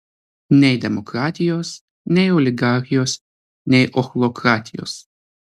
nei demokratijos nei oligarchijos nei ochlokratijos